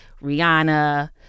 Rihanna